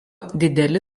dideli